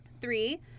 Three